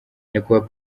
nyakubahwa